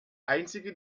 einzige